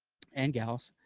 and gals.